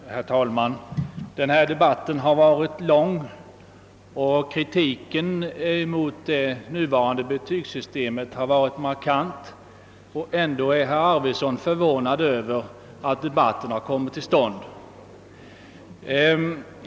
Herr talman! Denna debatt har varit lång, och kritiken mot det nuvarande betygssystemet har varit markant. Men ändå är herr Arvidson förvånad över att debatten har kommit till stånd.